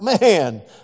man